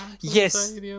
yes